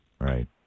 right